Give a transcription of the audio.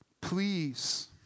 Please